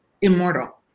immortal